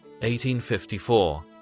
1854